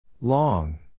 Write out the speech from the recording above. Long